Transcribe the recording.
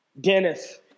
Dennis